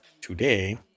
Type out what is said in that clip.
today